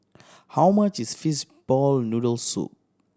how much is fishball noodle soup